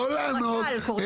לא לענות.